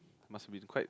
must be quite